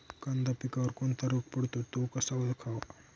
कांदा पिकावर कोणता रोग पडतो? तो कसा ओळखावा?